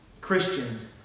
Christians